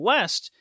West